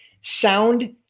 sound